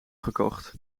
gekocht